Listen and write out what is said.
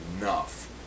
enough